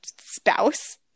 spouse